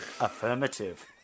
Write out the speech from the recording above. Affirmative